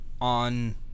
on